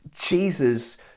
jesus